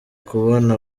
kubona